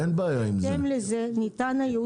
בהתאם לזה ניתן הייעוץ המשפטי.